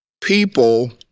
people